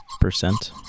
Percent